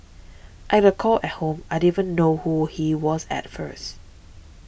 I got a call at home I didn't even know who he was at first